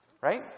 Right